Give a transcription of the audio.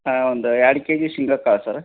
ಹಾಂ ಒಂದು ಎರಡು ಕೆಜಿ ಶೇಂಗಾ ಕಾಳು ಸರ್